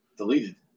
deleted